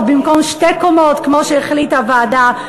במקום בשתי קומות כמו שהחליטה הוועדה,